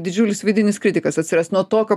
didžiulis vidinis kritikas atsiras nuo tokio